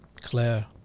Claire